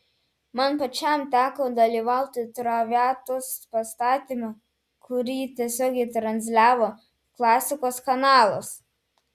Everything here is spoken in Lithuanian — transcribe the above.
man pačiam teko dalyvauti traviatos pastatyme kurį tiesiogiai transliavo klasikos kanalas